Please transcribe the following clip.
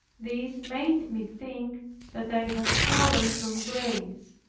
this made me think that i had fallen from grace.